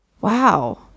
wow